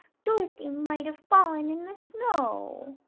dorothy might have fallen in the snow.